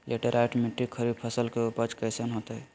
Laterite मिट्टी खरीफ फसल के उपज कईसन हतय?